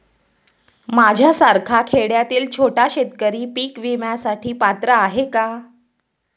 माझ्यासारखा खेड्यातील छोटा शेतकरी पीक विम्यासाठी पात्र आहे का?